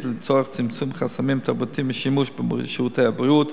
לצורך צמצום חסמים תרבותיים בשימוש בשירותי הבריאות,